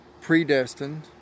predestined